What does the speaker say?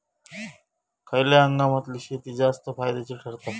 खयल्या हंगामातली शेती जास्त फायद्याची ठरता?